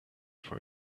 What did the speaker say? for